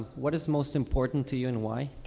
what is most important to you and why?